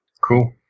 Cool